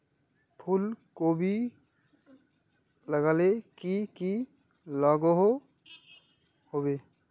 फूलकोबी लगाले की की लागोहो होबे?